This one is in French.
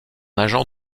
agent